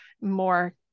more